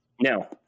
Now